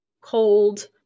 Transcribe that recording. cold